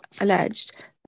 alleged